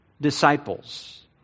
disciples